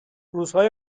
روزهای